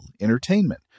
entertainment